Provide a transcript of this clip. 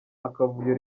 akavuyo